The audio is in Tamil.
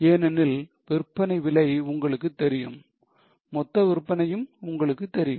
ஏனெனில் விற்பனை விலை உங்களுக்கு தெரியும் மொத்த விற்பனையும் உங்களுக்கு தெரியும்